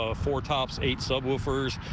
ah four tops, eight subwoofers